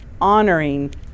honoring